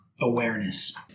awareness